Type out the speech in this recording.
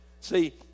see